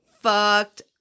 fucked